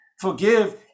Forgive